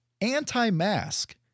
anti-mask